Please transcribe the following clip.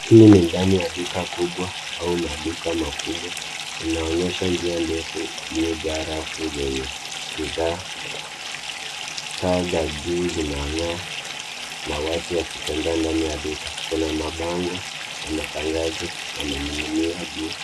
Hii ni ndani ya duka kubwa au maduka makubwa inaonyesha njia ndefu iliyojaa rafu zenye bidhaa. Taa za juu zinazng'aa na watu wakitembea ndani ya duka. Kuna mabango ya matangazo yamening'inia juu